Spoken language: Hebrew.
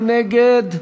מי נגד?